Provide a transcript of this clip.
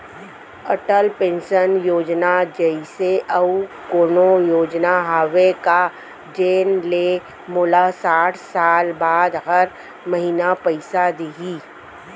Atal pension Yojana जइसे अऊ कोनो योजना हावे का जेन ले मोला साठ साल बाद हर महीना पइसा दिही?